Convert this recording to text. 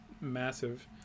massive